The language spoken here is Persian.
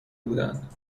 بودند